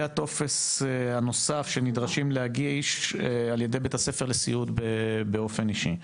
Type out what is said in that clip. הטופס הנוסף שנדרשים להגיש על ידי בית הספר לסיעוד באופן אישי.